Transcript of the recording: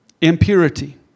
impurity